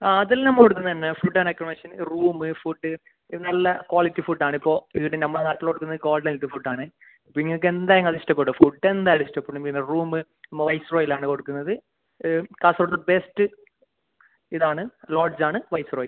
ആ അത് എല്ലാം നമ്മൾ കൊടുക്കന്നത് തന്നെ food and accommodation room food നല്ല ക്വാളിറ്റി ഫുഡ്ഡ് ആണ് ഇപ്പോൾ ഇവിടെ നമ്മളെ നാട്ടിൽ കൊടുക്കുന്നത് കോൾഡ് ഹെൽത്ത് ഫുഡ്ഡ് ആണ് നിങ്ങൾക്ക് എന്തായാലും ഇഷ്ടപ്പെടും ഫുഡ്ഡ് എന്തായാലും ഇഷ്ടപ്പെടും പിന്നെ റൂമ് നമ്മൾ വൈസ്രോയിൽ ആണ് കൊടുക്കുന്നത് കാസർഗോഡ് ബെസ്റ്റ് ഇതാണ് ലോഡ്ജ് ആണ് വൈസ്രോയി